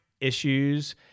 issues